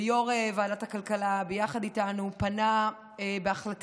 ויו"ר ועדת הכלכלה ביחד איתנו פנה בהחלטה,